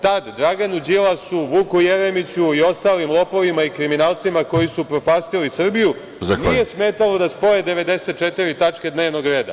Tad Draganu Đilasu, Vuku Jeremiću i ostalim lopovima i kriminalcima koji su upropastili Srbiju nije smetalo da spoje 94 tačke dnevnog reda.